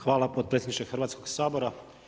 Hvala potpredsjedniče Hrvatskog sabora.